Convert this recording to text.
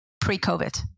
pre-COVID